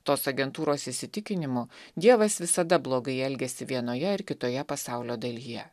tos agentūros įsitikinimu dievas visada blogai elgiasi vienoje ar kitoje pasaulio dalyje